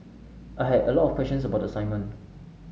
I had a lot of questions about the assignment